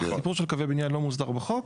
הסיפור של קווי בניין לא מוסדר בחוק.